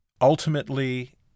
ultimately